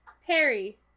Harry